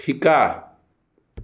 শিকা